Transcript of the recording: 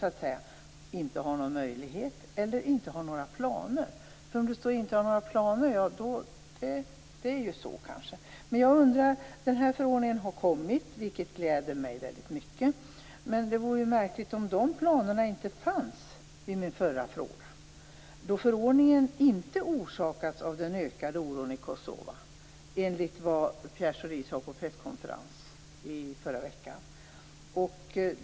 Har man ingen möjlighet eller har man inga planer? Om det står att man inte har några planer så är det kanske så. Men den här förordningen har nu kommit, och det gläder mig väldigt mycket. Det vore ju märkligt om de här planerna inte fanns vid min förra fråga eftersom förordningen inte orsakats av den ökade oron i Kosova enligt vad Pierre Schori sade på en presskonferens i förra veckan.